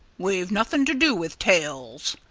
we've nothing to do with tails,